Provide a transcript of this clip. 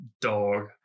dog